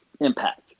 Impact